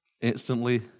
instantly